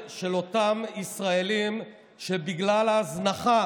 של אותם ישראלים שבגלל ההזנחה